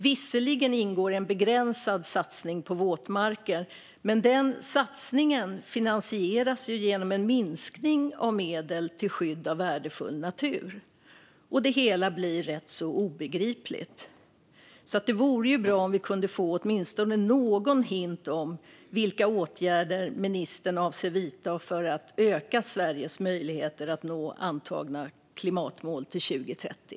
Visserligen ingår en begränsad satsning på våtmarker, men den satsningen finansieras genom en minskning av medel till skydd av värdefull natur. Det hela blir rätt så obegripligt. Det vore därför bra om vi kunde få åtminstone någon hint om vilka åtgärder ministern avser att vidta för att öka Sveriges möjligheter att nå antagna klimatmål till 2030.